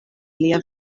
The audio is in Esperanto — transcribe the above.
lia